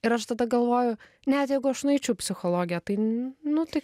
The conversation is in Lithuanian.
ir aš tada galvoju net jeigu aš nueičiau į psichologiją tai nu tai